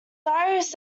iris